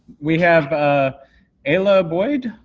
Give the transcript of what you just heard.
we have ah aila boyd,